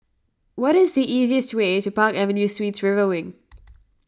what is the easiest way to Park Avenue Suites River Wing